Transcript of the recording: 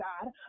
God